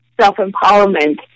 self-empowerment